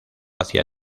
hacia